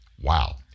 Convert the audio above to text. Wow